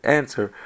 answer